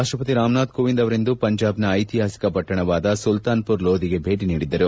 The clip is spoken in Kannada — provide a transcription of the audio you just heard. ರಾಷ್ಟಪತಿ ರಾಮ್ನಾಥ್ ಕೋವಿಂದ್ ಅವರಿಂದು ಪಂಜಾಬ್ನ ಐತಿಹಾಸಿಕ ಪಟ್ಟಣವಾದ ಸುಲ್ತಾನ್ಪುರ್ ಲೋದಿಗೆ ಭೇಟಿ ನೀಡಿದ್ದರು